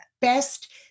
best